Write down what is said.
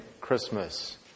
Christmas